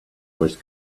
was